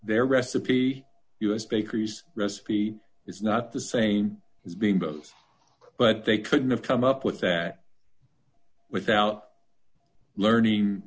they're recipe u s bakeries recipe is not the same as being both but they couldn't have come up with that without learning